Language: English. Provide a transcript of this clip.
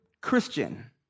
Christian